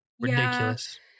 Ridiculous